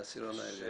לעשירון העליון.